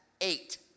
eight